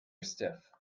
stiff